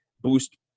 boost